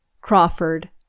Crawford